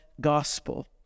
gospel